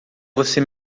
você